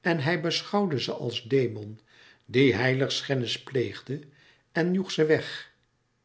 en hij beschouwde ze als demon die heiligschennis pleegde en joeg ze weg